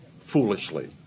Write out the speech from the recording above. foolishly